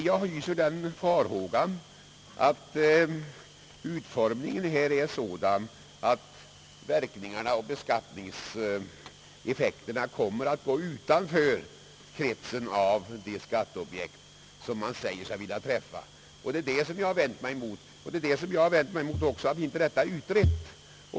Jag hyser den farhågan att utformningen av lagstiftningen är sådan, att beskattningseffekten kommer att verka utanför kretsen av de skatteobjekt som man säger sig vilja träffa. Jag har också vänt mig mot att den frågan inte är ordentligt utredd.